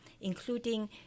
including